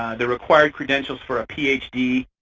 the required credentials for a ph d.